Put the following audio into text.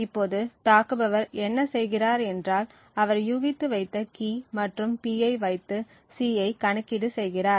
இப்போது தாக்குபவர் என்ன செய்கிறார் என்றால் அவர் யூகித்து வைத்த கீ மற்றும் P ஐ வைத்து C ஐ கணக்கீடு செய்கிறார்